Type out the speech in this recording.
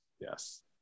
Yes